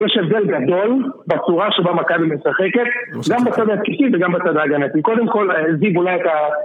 יש הבדל גדול, בצורה שבה מכבי משחקת, גם בצד ההתקפי וגם בצד ההגנתי. קודם כל, זיג אולי את ה...